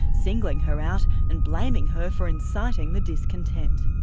singling her out and blaming her for inciting the discontent.